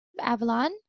Avalon